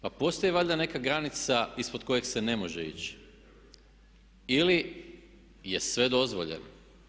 Pa postoji valjda neka granica ispod kojeg se ne može ići ili je sve dozvoljeno.